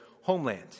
homeland